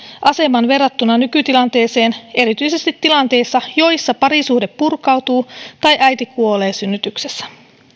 aseman verrattuna nykytilanteeseen erityisesti tilanteissa joissa parisuhde purkautuu tai äiti kuolee synnytyksessä